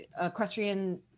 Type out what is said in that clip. equestrian